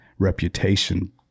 Reputation